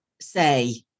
say